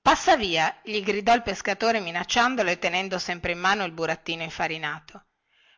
passa via gli gridò il pescatore minacciandolo e tenendo sempre in mano il burattino infarinato